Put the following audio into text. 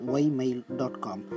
ymail.com